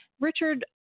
Richard